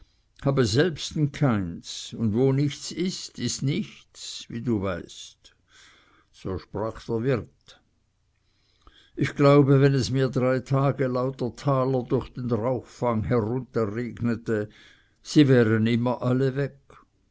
habe selbsten keins und wo nichts ist ist nichts wie du weißt so sprach der wirt ich glaube wenn es mir drei tage lauter taler durch den rauchfang runterregnete sie wären immer alle weg